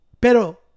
Pero